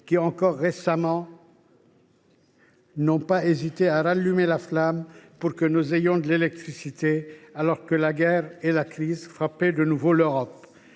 qui, encore récemment, n’ont pas hésité à rallumer la flamme pour que nous ayons de l’électricité alors que la guerre et la crise frappaient de nouveau l’Europe.